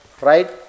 right